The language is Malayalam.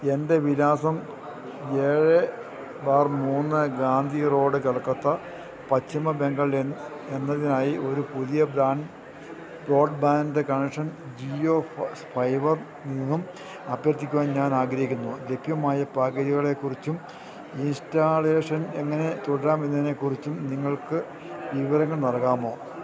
എൻ്റെ വിലാസം ഏഴ് ബാർ മൂന്ന് ഗാന്ധി റോഡ് കൽക്കത്ത പശ്ചിമ ബംഗാൾ എന്ന് എന്നതിനായി ഒരു പുതിയ brand broadband connection Jio fibre നിന്നും അഭ്യർത്ഥിക്കുവാൻ ഞാൻ ആഗ്രഹിക്കുന്നു ലഭ്യമായ പാക്കേജുകളെക്കുറിച്ചും ഈസ്റ്റാളേഷൻ എങ്ങനെ തുടരാം എന്നതിനെക്കുറിച്ചും നിങ്ങൾക്ക് വിവരങ്ങൾ നൽകാമോ